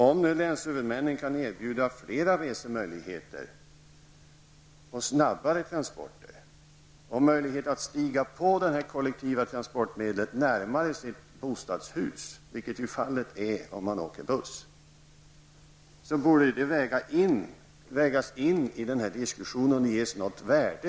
Om nu länshuvudmännen kan erbjuda fler resemöjligheter, snabbare transporter och möjlighet att stiga på det kollektiva transportmedlet närmare bostaden -- vilket ju är fallet om man åker buss -- borde detta vägas in i den här diskussionen och tillmätas något värde.